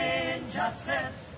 injustice